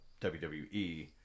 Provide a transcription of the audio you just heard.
WWE